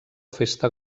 festa